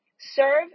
Serve